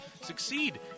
succeed